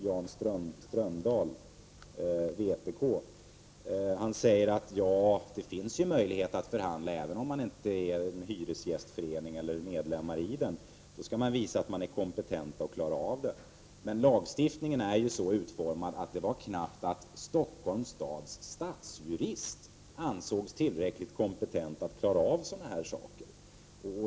Jan Strömdal, vpk, säger: Det finns ju möjlighet att förhandla, även om man inte är en hyresgästförening. Men då skall man visa att man är kompetent att klara av det. Men lagstiftningen är ju så utformad att det var knappt att Stockholms stads stadsjurist ansågs tillräckligt kompetent!